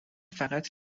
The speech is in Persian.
فقط